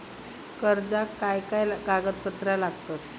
कर्जाक काय काय कागदपत्रा लागतत?